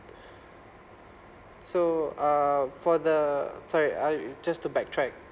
so uh for the sorry I just to backtrack